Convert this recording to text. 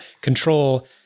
control